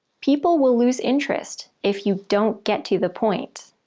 people will lose interest if you don't get to the point.